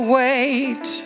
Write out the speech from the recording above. wait